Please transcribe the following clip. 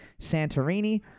Santorini